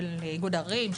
של איגוד ערים,